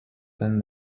than